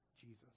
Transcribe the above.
Jesus